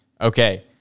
Okay